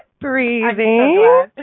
Breathing